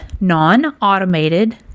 non-automated